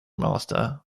master